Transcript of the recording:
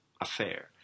affair